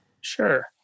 Sure